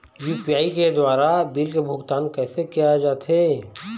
UPI के द्वारा bill के भुगतान कैसे किया जाथे?